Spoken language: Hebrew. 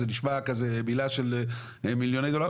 זה נשמע כזה מילה של מיליוני דולרים,